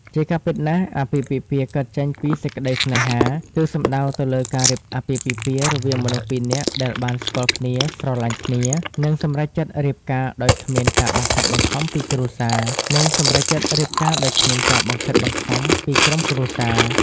ជាការពិតណាស់ អាពាហ៍ពិពាហ៍កើតចេញពីសេចក្តីស្នេហា គឺសំដៅទៅលើការរៀបអាពាហ៍ពិពាហ៍រវាងមនុស្សពីរនាក់ដែលបានស្គាល់គ្នា ស្រលាញ់គ្នា និងសម្រេចចិត្តរៀបការដោយគ្មានការបង្ខិតបង្ខំពីក្រុមគ្រួសារ។